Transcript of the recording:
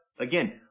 again